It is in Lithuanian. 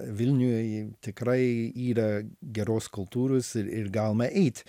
vilniuj tikrai yra geros kultūros ir ir galima eit